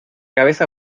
cabeza